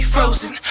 Frozen